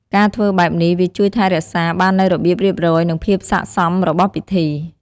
ការធ្វើបែបនេះវាជួយថែរក្សាបាននូវរបៀបរៀបរយ និងភាពស័ក្តិសមរបស់ពិធី។